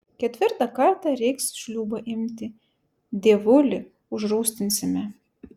ketvirtą kartą reiks šliūbą imti dievulį užrūstinsime